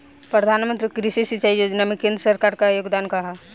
प्रधानमंत्री कृषि सिंचाई योजना में केंद्र सरकार क का योगदान ह?